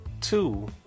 Two